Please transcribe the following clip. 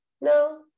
No